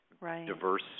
Diverse